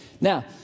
Now